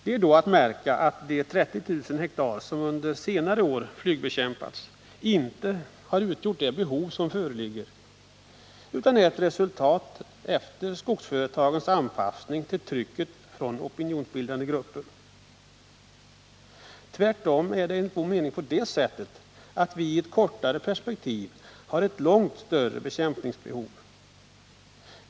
Då är att märka att de 30 000 hektar som under senare år flygbekämpats inte har representerat det behov som föreligger utan resultatet av skogsföretagens anpassning till trycket från opinionsbildande grupper. I själva verket är det på det sättet att vi i ett kortare perspektiv har ett långt större bekämpningsbehov.